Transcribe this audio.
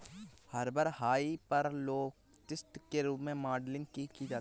rubber hyperelastic के रूप में मॉडलिंग की जाती है